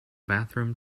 bathroom